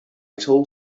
told